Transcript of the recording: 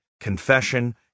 confession